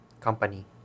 company